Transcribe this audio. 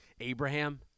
Abraham